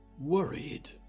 worried